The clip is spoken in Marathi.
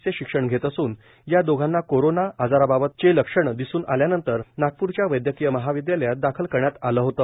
चे शिक्षण घेत असून या दोघांना कोरोना आजाराबाबतची लक्षणं दिसून आल्यानंतर नागपूरच्या वैदयकीय महाविदयालयात दाखल करण्यात आलं होत